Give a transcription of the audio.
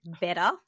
better